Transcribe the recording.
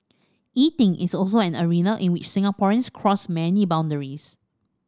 eating is also an arena in which Singaporeans cross many boundaries